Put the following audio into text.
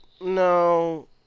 No